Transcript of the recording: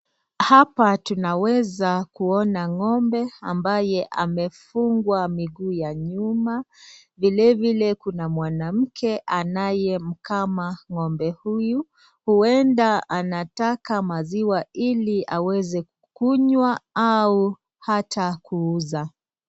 Hapa tunaweza kuona ng'ombe ambaye amefungwa miguu ya nyuma, vilevile kuna mwanamke anayemkama ng'ombe huyu, huenda anataka maziwa ili aweze kunywa au hata kuuza.